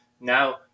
Now